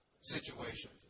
situation